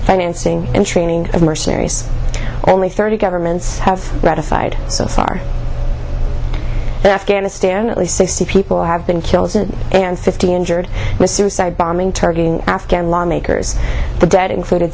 financing and training of mercenaries only thirty governments have ratified so far afghanistan at least sixty people have been killed and fifty injured in a suicide bombing targeting afghan lawmakers the dead included